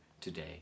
today